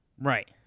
Right